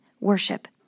Worship